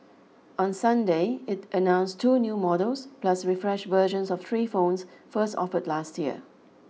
on Sunday it announced two new models plus refresh versions of three phones first offer last year